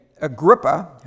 Agrippa